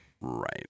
Right